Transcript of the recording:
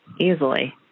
Easily